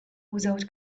without